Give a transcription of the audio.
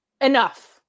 Enough